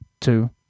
two